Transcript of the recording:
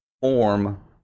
form